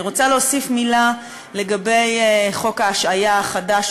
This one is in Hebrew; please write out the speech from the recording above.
אני רוצה להוסיף מילה לגבי חוק ההשעיה החדש,